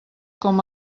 com